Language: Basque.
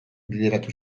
bideratu